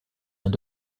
end